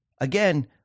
Again